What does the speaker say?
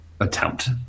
attempt